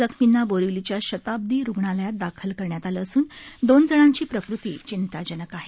जखमींना बोरीवलीच्या शताब्दी रुग्णालयात दाखल करण्यात आलं असून दोन जणांची प्रकृती चिंताजनक आहे